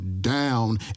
down